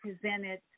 presented